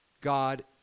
God